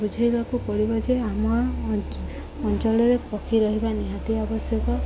ବୁଝେଇବାକୁ ପଡ଼ିବ ଯେ ଆମ ଅଞ୍ଚଳରେ ପକ୍ଷୀ ରହିବା ନିହାତି ଆବଶ୍ୟକ